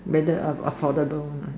better affordable